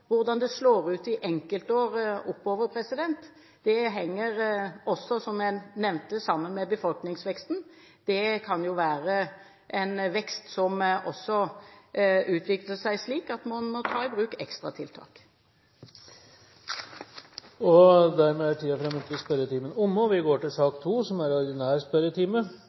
Hvordan det slår ut på enkeltår framover, henger også, som jeg nevnte, sammen med befolkningsveksten. Det kan jo være en vekst som utvikler seg slik at man må ta i bruk ekstratiltak. Dermed er den muntlige spørretimen omme, og vi går over til den ordinære spørretimen. Det blir noen endringer i den oppsatte spørsmålslisten. Presidenten viser i den sammenheng til den oversikt som er